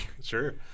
Sure